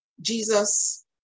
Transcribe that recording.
Jesus